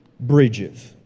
bridges